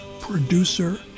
producer